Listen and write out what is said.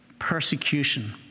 Persecution